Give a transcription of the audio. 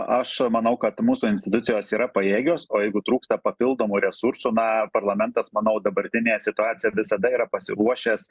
aš manau kad mūsų institucijos yra pajėgios o jeigu trūksta papildomų resursų na parlamentas manau dabartinėje situacijoje visada yra pasiruošęs